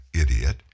idiot